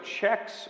checks